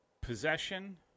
possession